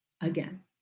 again